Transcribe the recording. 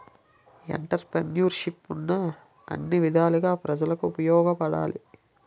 ఎంటర్ప్రిన్యూర్షిప్ను అన్ని విధాలుగా ప్రజలకు ఉపయోగపడాలి